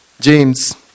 James